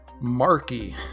Marky